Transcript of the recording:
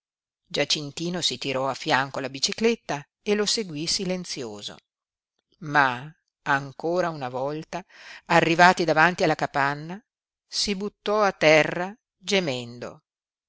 giacintino si tirò a fianco la bicicletta e lo seguí silenzioso ma ancora una volta arrivati davanti alla capanna si buttò a terra gemendo